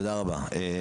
תודה רבה.